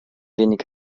wenig